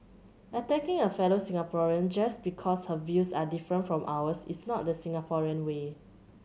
attacking a fellow Singaporean just because her views are different from ours is not the Singaporean way